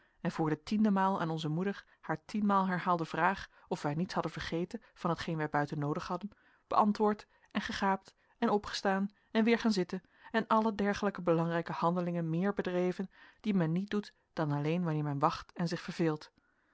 en voor de tiende maal aan onze moeder haar tienmaal herhaalde vraag of wij niets hadden vergeten van hetgeen wij buiten noodig hadden beantwoord en gegaapt en opgestaan en weer gaan zitten en alle dergelijke belangrijke handelingen meer bedreven die men niet doet dan alleen wanneer men wacht en zich verveelt